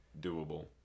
doable